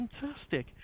fantastic